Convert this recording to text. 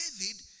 David